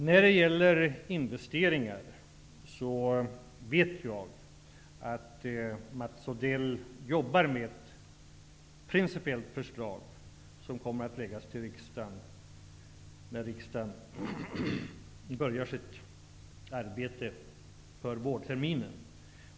När det gäller investeringar vet jag att Mats Odell jobbar med ett principiellt förslag som kommer att föreläggas riksdagen när den börjar sitt arbete för vårterminen.